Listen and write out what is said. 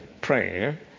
prayer